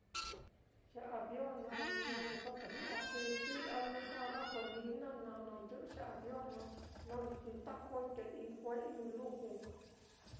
Ye avion naá ña iniso jnu aciti a-a gasolina na nandɨꞌɨ ye avion naá lo n-ndokoi te jue'ei nuu luju.